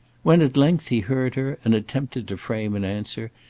when at length he heard her and attempted to frame an answer,